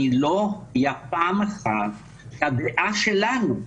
לא הייתה פעם אחת שהדעה שלנו,